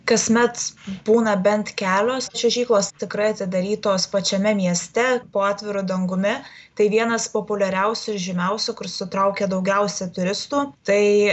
kasmet būna bent kelios čiuožyklos tikrai atidarytos pačiame mieste po atviru dangumi tai vienas populiariausių ir žymiausių kur sutraukia daugiausia turistų tai